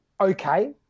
Okay